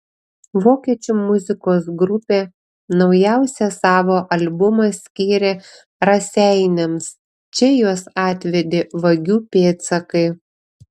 vokiečių muzikos grupė naujausią savo albumą skyrė raseiniams čia juos atvedė vagių pėdsakai